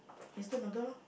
instant noodle lor